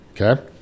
okay